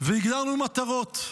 והגדרנו מטרות.